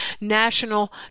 National